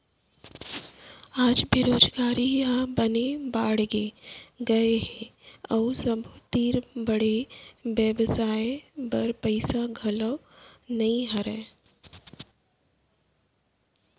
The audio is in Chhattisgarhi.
आज बेरोजगारी ह बने बाड़गे गए हे अउ सबो तीर बड़े बेवसाय बर पइसा घलौ नइ रहय